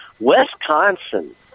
Wisconsin